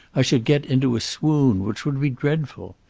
i should get into a swoon, which would be dreadful.